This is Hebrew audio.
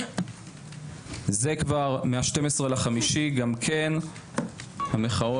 הזה כבר מה-12 במאי גם כן מחאות.